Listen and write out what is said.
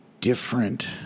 different